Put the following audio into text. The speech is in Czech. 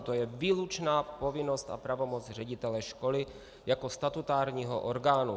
To je výlučná povinnost a pravomoc ředitele školy jako statutárního orgánu.